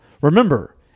Remember